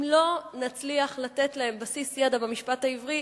אם לא נצליח לתת להם בסיס ידע במשפט העברי,